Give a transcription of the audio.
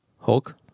Hulk